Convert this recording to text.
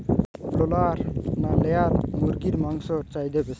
Broiler না layer মুরগির মাংসর চাহিদা বেশি?